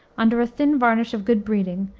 under a thin varnish of good breeding,